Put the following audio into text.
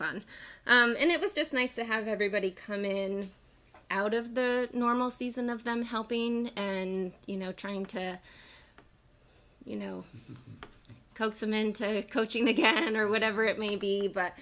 fun and it was just nice to have everybody come in out of the normal season of them helping and you know trying to you know coax them into a coaching again or whatever it may be